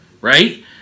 right